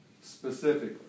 Specifically